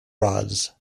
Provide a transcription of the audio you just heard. rods